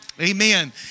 Amen